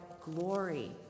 glory